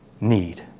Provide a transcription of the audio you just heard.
need